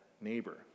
neighbor